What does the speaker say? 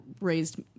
raised